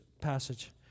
passage